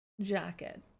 jacket